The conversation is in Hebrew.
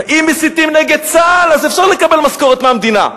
אם מסיתים נגד צה"ל, אז אפשר לקבל משכורת מהמדינה,